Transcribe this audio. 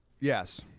Yes